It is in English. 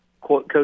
coach